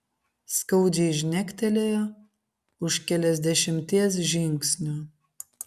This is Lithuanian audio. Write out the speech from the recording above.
skaudžiai žnektelėjo už keliasdešimties žingsnių